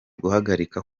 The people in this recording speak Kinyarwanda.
guhagarika